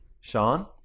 Sean